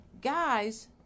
guys